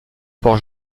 port